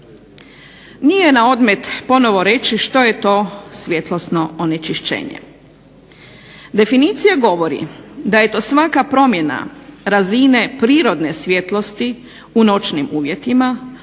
Nije na odmet ponovno reći što je to svjetlosno onečišćenje. Definicija govori da je to svaka promjena razine prirodne svjetlosti u noćnim uvjetima